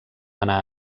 anar